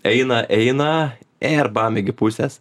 eina eina ir bam iki pusės